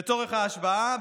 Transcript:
לצורך ההשוואה,